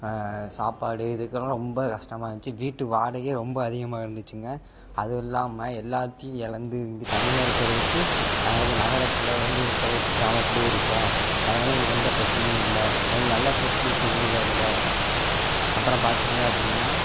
சாப்பாடு இதுக்கெல்லாம் ரொம்ப கஷ்டமா இருந்துச்சி வீட்டு வாடகையே ரொம்ப அதிகமாக இருந்துச்சுங்க அதுவும் இல்லாமல் எல்லாத்தேயும் எழந்து இங்கே தனியாக இருக்கிறதுக்கு நாங்கள் வந்து நகரத்தில் வந்து இருக்கிறதுக்குக் கிராமத்திலேயே இருப்போம் அதனால எங்களுக்கு எந்த பிரச்சனையும் இல்லை எங்களுக்கு நல்ல பெசிலிட்டிஸ் இருந்தது அதில் அப்புறம் பார்த்தீங்க அப்படின்னா